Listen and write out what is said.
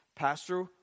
Pastor